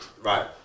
right